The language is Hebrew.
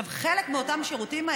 חלק מאותם שירותים,